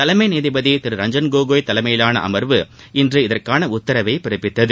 தலைமை நீதிபதி திரு ரஞ்ஜன் கோகோய் தலைமையிலான அமர்வு இன்று இதற்கான உத்தரவை பிறப்பித்தது